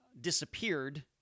disappeared